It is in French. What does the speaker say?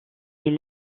est